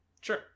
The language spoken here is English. Sure